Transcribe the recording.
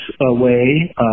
away